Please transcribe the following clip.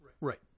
Right